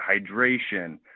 hydration